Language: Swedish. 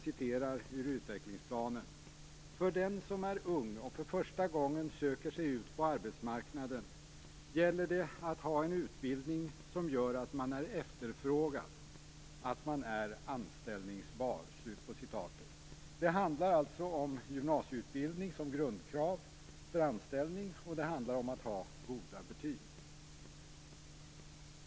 I utvecklingsplanen sägs: "För den som är ung och för första gången söker sig ut på arbetsmarknaden gäller det att ha en utbildning som gör att man är efterfrågad, att man är anställningsbar." Det handlar alltså om gymnasieutbildning som grundkrav för anställning, och det handlar om att ha goda betyg.